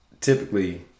typically